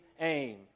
aim